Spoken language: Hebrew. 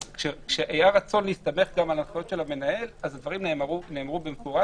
כשהיה רצון להסתמך גם על ההנחיות של המנהל אז הדברים נאמרו במפורש,